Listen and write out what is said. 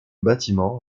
bâtiment